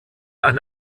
ein